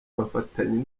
bafatanya